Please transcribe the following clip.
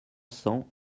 cents